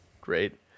Great